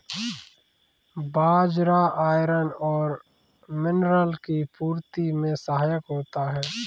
बाजरा iron और mineral की पूर्ति में सहायक होता है